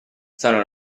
sono